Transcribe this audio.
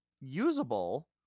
usable